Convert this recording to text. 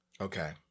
Okay